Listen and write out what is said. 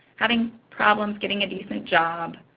having problems getting a decent job.